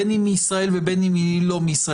בין אם היא מישראל ובין אם היא לא מישראל,